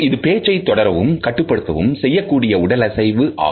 இது பேச்சை தொடரவும் கட்டுப்படுத்தவும் செய்யக்கூடிய உடலசைவு ஆகும்